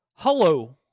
hello